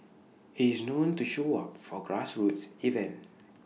he is known to show up for grassroots event